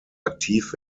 aktiv